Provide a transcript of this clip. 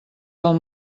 del